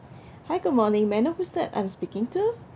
hi good morning may I know who's that I'm speaking to